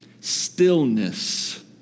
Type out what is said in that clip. Stillness